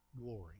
glory